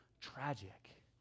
tragic